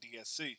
DSC